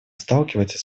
сталкивается